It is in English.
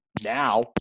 now